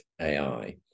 AI